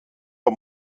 der